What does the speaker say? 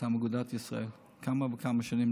מטעם אגודת ישראל כמה וכמה שנים,